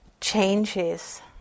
changes